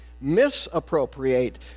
misappropriate